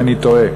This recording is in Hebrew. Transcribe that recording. אם אני טועה.